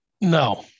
No